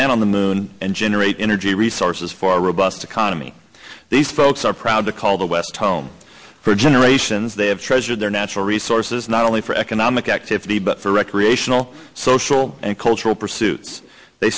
man on the moon and generate energy resources for a robust economy these folks are proud to call the west home for generations they have treasured their natural resources not only for economic activity but for recreational social and cultural pursuits they